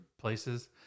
places